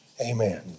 amen